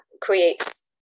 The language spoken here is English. creates